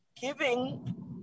giving